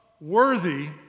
worthy